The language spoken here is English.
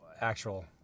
actual